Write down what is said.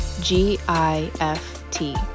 G-I-F-T